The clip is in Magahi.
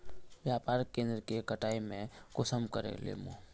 व्यापार केन्द्र के कटाई में कुंसम करे लेमु?